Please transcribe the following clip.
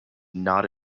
not